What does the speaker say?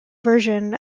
version